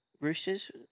Roosters